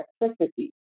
electricity